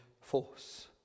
force